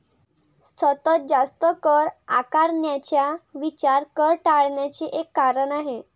सतत जास्त कर आकारण्याचा विचार कर टाळण्याचे एक कारण आहे